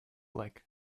like